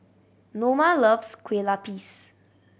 Noma loves Kueh Lapis